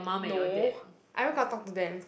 no I where got talk to them